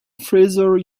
fraser